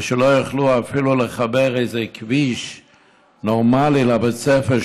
ושלא יוכלו אפילו לחבר איזה כביש נורמלי לבית ספר,